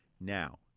Now